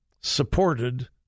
supported